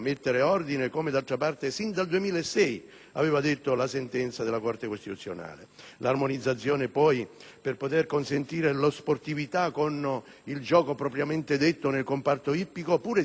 L'armonizzazione per poter consentire la sportività con il gioco propriamente detto nel comparto ippico pure si appalesa necessaria per questo settore, che al momento può non riguardare me,